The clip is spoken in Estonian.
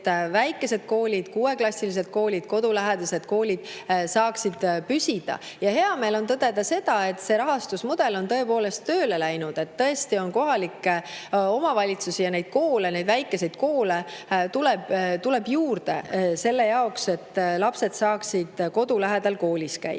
et väikesed koolid, 6‑klassilised kodulähedased koolid, saaksid püsida. Hea meel on tõdeda, et see rahastusmudel on tõepoolest tööle läinud. On kohalikke omavalitsusi, kus neid väikeseid koole tuleb juurde, selle jaoks, et lapsed saaksid kodu lähedal koolis käia.